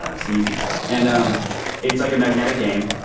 ah sneezy and um it's like a magnetic game.